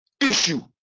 issue